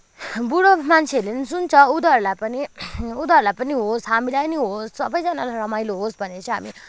बुढो मान्छेहरूले पनि सुन्छ उनीहरूलाई पनि उनीहरूलाई पनि होस् हामीलाई पनि होस् सबैजनालाई रमाइलो होस् भनेर चाहिँ हामी